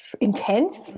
intense